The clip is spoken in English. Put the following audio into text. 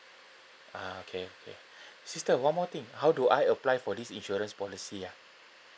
ah okay okay sister one more thing how do I apply for this insurance policy ah